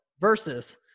versus